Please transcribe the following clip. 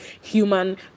human